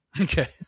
Okay